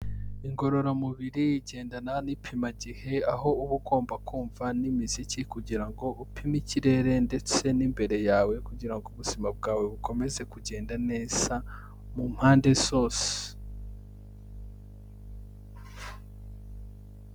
Igororamubiri igendana n'ipimagihe aho uba ugomba kumva n'imiziki kugira ngo upime ikirere ndetse n'imbere yawe kugira ngo ubuzima bwawe bukomeze kugenda neza mu mpande zose.